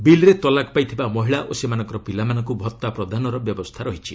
ବିଲ୍ରେ ତଲାକ୍ ପାଇଥିବା ମହିଳା ଓ ସେମାନଙ୍କର ପିଲାମାନଙ୍କୁ ଭତ୍ତା ପ୍ରଦାନର ବ୍ୟବସ୍ଥା ରହିଛି